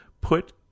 put